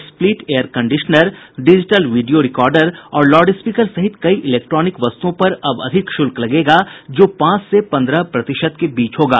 split air conditioner digital video recorder और loudspeaker सहित कई इलेक्ट्रॉनिक वस्तुओं पर अब अधिक शुल्क लगेगा जो पांच से पन्द्रह प्रतिशत के बीच होगा